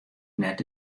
net